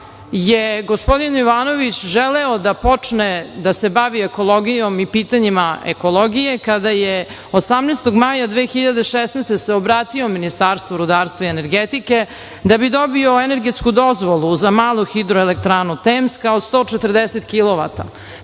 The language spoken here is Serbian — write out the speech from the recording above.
je gospodin Jovanović želeo da počne da se bavi ekologijom i pitanjima ekologije kada se 18. maja 2016. godine obratio Ministarstvu rudarstva i energetike, da bi dobio energetsku dozvolu za malu hidroelektranu